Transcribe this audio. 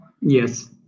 Yes